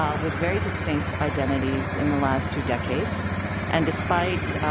um with very distinct identities in the last two decades and despite